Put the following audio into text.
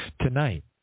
Tonight